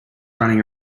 running